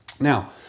Now